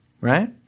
Right